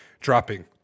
dropping